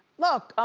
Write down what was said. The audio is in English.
look,